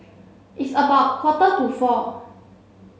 its about quarter to four